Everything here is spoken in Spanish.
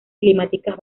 climáticas